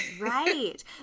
Right